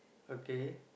okay